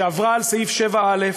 שעברה על סעיף 7א,